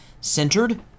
centered